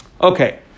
Okay